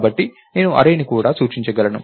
కాబట్టి నేను అర్రేని కూడా సూచించగలను